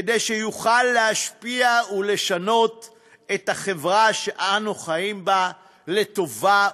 כדי שיוכל להשפיע ולשנות את החברה שאנו חיים בה לטובה,